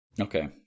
Okay